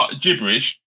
gibberish